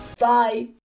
Bye